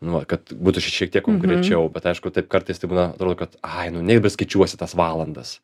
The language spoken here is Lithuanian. nu va kad būtų čia šiek tiek konkrečiau bet aišku taip kartais taip būna atrodo kad ai nu negi dabar skaičiuosi tas valandas